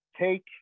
take